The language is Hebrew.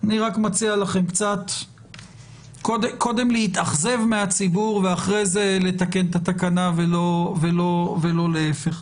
אני רק מציע לכם קודם להתאכזב מהציבור ואחר כך לתקן את התקנה ולא להיפך.